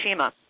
Fukushima